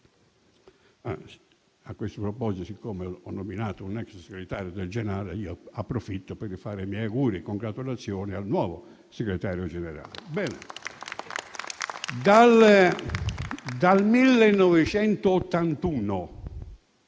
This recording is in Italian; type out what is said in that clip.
A questo proposito, siccome ho nominato un ex Segretario Generale, ne approfitto per fare i miei auguri e congratulazioni al nuovo Segretario Generale. Dal 1981